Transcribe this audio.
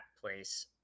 place